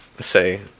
say